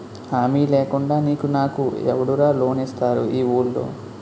హామీ లేకుండా నీకు నాకు ఎవడురా లోన్ ఇస్తారు ఈ వూళ్ళో?